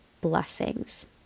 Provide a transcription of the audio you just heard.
blessings